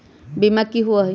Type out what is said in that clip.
बीमा की होअ हई?